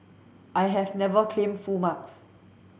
I have never claimed full marks